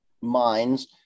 minds